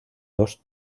dos